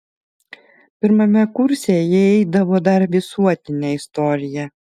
pirmame kurse jie eidavo dar visuotinę istoriją